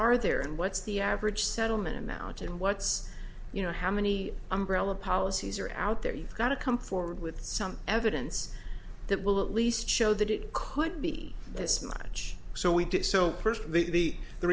are there and what's the average settlement amount and what's you know how many umbrella policies are out there you've got to come forward with some evidence that will at least show that it could be this much so we did so first the the